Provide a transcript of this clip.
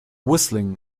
whistling